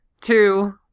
two